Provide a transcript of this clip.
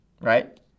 Right